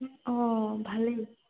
অঁ ভালেই